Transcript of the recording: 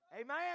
Amen